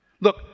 Look